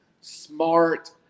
smart